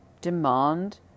demand